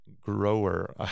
grower